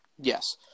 Yes